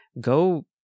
go